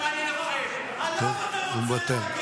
הוא מוותר.